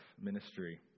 ministry